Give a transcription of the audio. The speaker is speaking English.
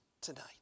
tonight